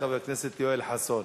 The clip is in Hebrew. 7379 ו-7385.